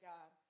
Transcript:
God